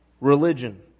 religion